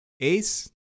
Ace